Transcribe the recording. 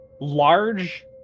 large